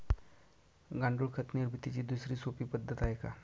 गांडूळ खत निर्मितीची दुसरी सोपी पद्धत आहे का?